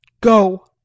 Go